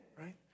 right